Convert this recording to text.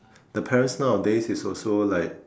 the parents nowadays is also like